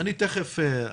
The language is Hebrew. אני תכף אכנס לזה.